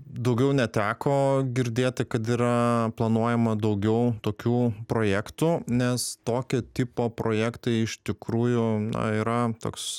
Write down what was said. daugiau neteko girdėti kad yra planuojama daugiau tokių projektų nes tokio tipo projektai iš tikrųjų na yra toks